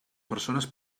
persones